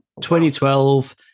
2012